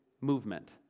movement